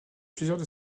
plusieurs